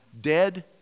dead